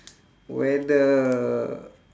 whether